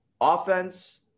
Offense